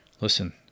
Listen